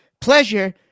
pleasure